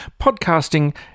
Podcasting